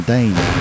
Dane